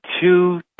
two